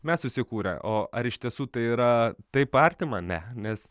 mes susikūrę o ar iš tiesų tai yra taip artima ne nes